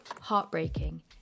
heartbreaking